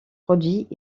produits